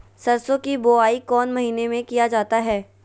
सरसो की बोआई कौन महीने में किया जाता है?